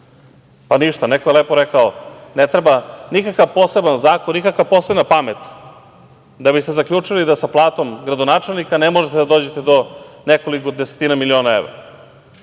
Pa ništa. Neko je lepo rekao – ne treba nikakav poseban zakon, nikakva posebna pamet da biste zaključili da sa platom gradonačelnika ne možete da dođete do nekoliko desetina miliona evra.